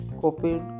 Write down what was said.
copied